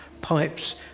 pipes